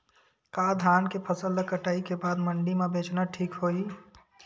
का धान के फसल ल कटाई के बाद मंडी म बेचना ठीक होही?